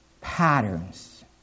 patterns